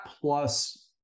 plus